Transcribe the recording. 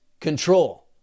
control